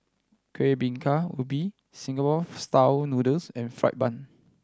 Kueh Bingka Ubi Singapore Style Noodles and fried bun